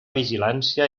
vigilància